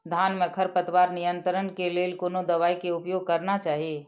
धान में खरपतवार नियंत्रण के लेल कोनो दवाई के उपयोग करना चाही?